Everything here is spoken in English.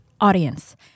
audience